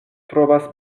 trovas